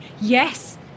Yes